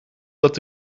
dat